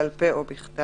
בעל פה או בכתב,